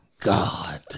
God